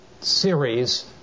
series